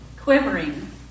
quivering